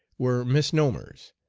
were misnomers,